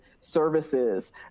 services